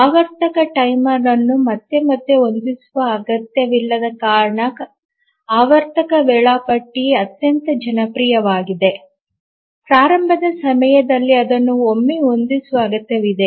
ಆವರ್ತಕ ಟೈಮರ್ ಅನ್ನು ಮತ್ತೆ ಮತ್ತೆ ಹೊಂದಿಸುವ ಅಗತ್ಯವಿಲ್ಲದ ಕಾರಣ ಆವರ್ತಕ ವೇಳಾಪಟ್ಟಿ ಅತ್ಯಂತ ಜನಪ್ರಿಯವಾಗಿದೆ ಪ್ರಾರಂಭದ ಸಮಯದಲ್ಲಿ ಅದನ್ನು ಒಮ್ಮೆ ಹೊಂದಿಸುವ ಅಗತ್ಯವಿದೆ